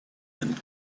and